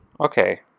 Okay